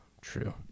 true